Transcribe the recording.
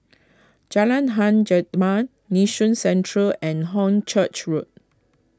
Jalan Hang jet man Nee Soon Central and Hornchurch Road